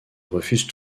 refuse